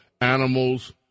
Animals